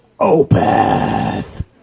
Opeth